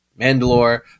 Mandalore